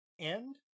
end